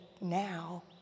now